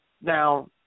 Now